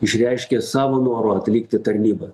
išreiškė savo noru atlikti tarnybą